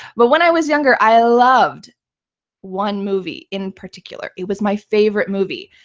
but when i was younger, i loved one movie in particular. it was my favorite movie.